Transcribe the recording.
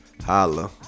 Holla